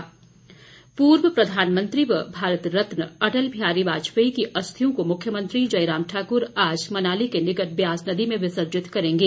अस्थि कलश पूर्व प्रधानमंत्री व भारत रतन अटल बिहारी वाजपेयी की अस्थियों को मुख्यमंत्री जयराम ठाकुर आज मनाली के निकट व्यास नदी में विसर्जित करेंगे